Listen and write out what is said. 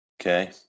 Okay